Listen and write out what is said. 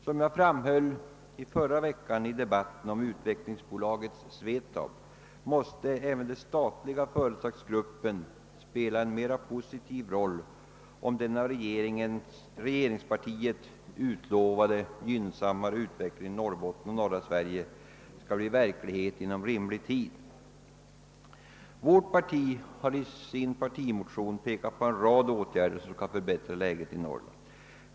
Som jag framhöll under förra veckans debatt om utvecklingsbolaget SVETAB måste även den statliga företagsgruppen spela en mera positiv roll, om den av regeringspartiet utlovade gynnsammare utvecklingen i Norrbotten och norra Sverige i övrigt skall bli verklighet inom rimlig tid. Vårt parti har i sin partimotion pekat på en rad åtgärder, som skulle förbättra läget i Norrland.